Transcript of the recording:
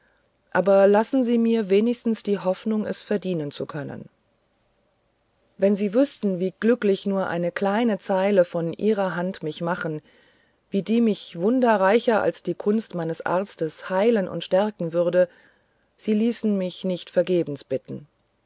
aber lassen sie mir wenigstens die hoffnung es verdienen zu können wenn sie wüßten wie glücklich nur eine kleine zeile von ihrer hand mich machen wie die mich wunderreicher als die kunst meines arztes heilen und stärken würde sie ließen mich nicht vergebens bitten